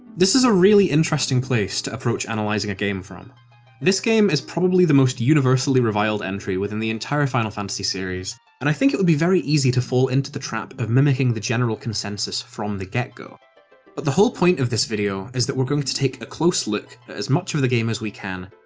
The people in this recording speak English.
this is a really interesting place to approach analysing a game from this game is probably the most universally reviled entry within the entire final fantasy series, and i think it would be very easy to fall into the trap of mimicking the general consensus from the get-go, but the whole point of this video is that we're going to take a close look at as much of the game as we can,